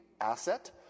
asset